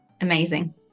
amazing